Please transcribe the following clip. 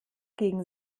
gegen